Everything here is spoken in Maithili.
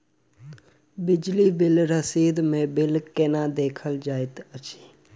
बिजली बिल रसीद मे बिल केना देखल जाइत अछि?